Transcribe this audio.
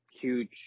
huge